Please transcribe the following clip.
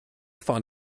found